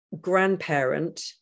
grandparent